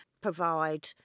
provide